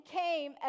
came